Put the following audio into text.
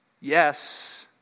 yes